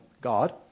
God